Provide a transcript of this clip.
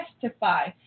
testify